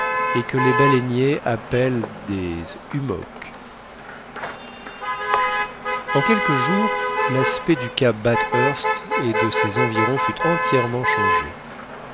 et que les baleiniers appellent des hummocks en quelques jours l'aspect du cap bathurst et de ses environs fut entièrement changé